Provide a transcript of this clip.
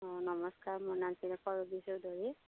অঁ নমস্কাৰ মোৰ নাম শ্ৰী কল্কী চৌধুৰী